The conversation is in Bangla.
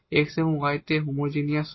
X এবং Y তে হোমোজিনিয়াস হয়